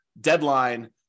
deadline